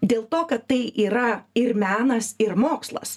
dėl to kad tai yra ir menas ir mokslas